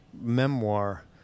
memoir